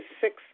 six